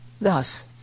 Thus